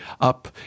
up